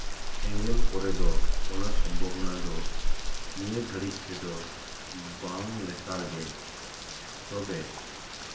ᱮᱸᱜᱮᱞ ᱠᱚᱨᱮ ᱫᱚ ᱚᱱᱟ ᱥᱚᱢᱵᱷᱚᱵᱚᱱᱟ ᱫᱚ ᱱᱤᱭᱟᱹ ᱜᱷᱟᱹᱲᱤᱡ ᱛᱮᱫᱚ ᱵᱟᱝ ᱞᱮᱠᱟᱜᱮ ᱛᱚᱵᱮ